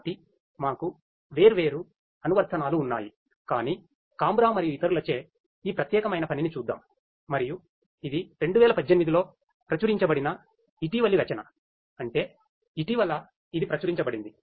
కాబట్టి మాకు వేర్వేరు అనువర్తనాలు ఉన్నాయి కాని కాంబ్రా మరియు ఇతరులచే ఈ ప్రత్యేకమైన పనిని చూద్దాం మరియు ఇది 2018 లో ప్రచురించబడిన ఇటీవలి రచనఅంటే ఇటీవల ఇది ప్రచురించబడింది